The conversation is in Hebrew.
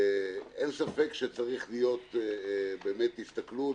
אין ספק שצריכה להיות באמת הסתכלות